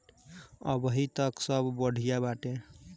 अबहीं तक त सब बढ़िया बाटे